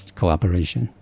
cooperation